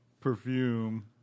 perfume